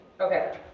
Okay